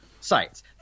sites